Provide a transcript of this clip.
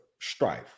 strife